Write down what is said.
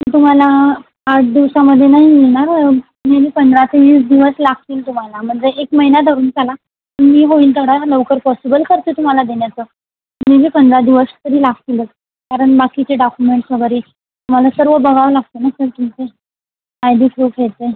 तुम्हाला आठ दिवसामध्ये नाही मिळणार निअरली पंधरा ते वीस दिवस लागतील तुम्हाला म्हणजे एक महिना धरून चला मी होईल तेवढ्या लवकर पॉसिबल करते तुम्हाला देण्याचं मे बी पंधरा दिवस तरी लागतीलच कारण बाकीचे डॉक्युमेंटस वगैरे मला सर्व बघावं लागतं ना सर तुमचं आयडी प्रूफ हे ते